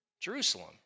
Jerusalem